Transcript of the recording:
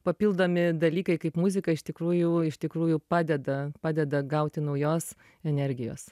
papildomi dalykai kaip muzika iš tikrųjų iš tikrųjų padeda padeda gauti naujos energijos